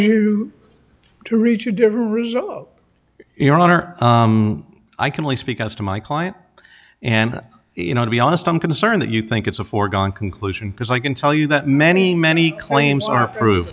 you to reach a different result in your honor i can only speak as to my client and you know to be honest i'm concerned that you think it's a foregone conclusion because i can tell you that many many claims are